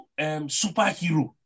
superhero